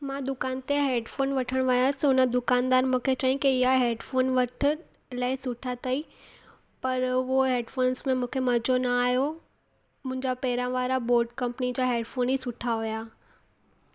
मां दुकान ते हैडफ़ोन वठणु वयसि हुन दुकानदार मूंखे चयईं की इहा हैडफ़ोन वठि इलाही सुठा अथई पर उहो हैडफ़ोंस में मूंखे मज़ो न आयो मुंहिंजा पहिरियां वारा बोट कंपनी जा हैडफ़ोन ई सुठा हुया